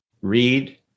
read